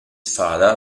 father